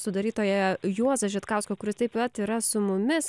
sudarytoją juozą žitkauską kuris taip pat yra su mumis